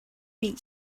meet